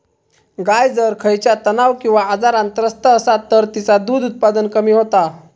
गाय जर खयच्या तणाव किंवा आजारान त्रस्त असात तर तिचा दुध उत्पादन कमी होता